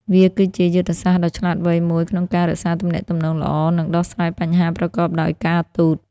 វាគឺជាយុទ្ធសាស្ត្រដ៏ឆ្លាតវៃមួយក្នុងការរក្សាទំនាក់ទំនងល្អ និងដោះស្រាយបញ្ហាប្រកបដោយការទូត។